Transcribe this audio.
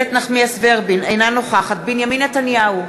אינה נוכחת בנימין נתניהו,